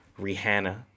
Rihanna